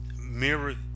mirror